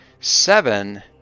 seven